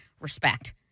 respect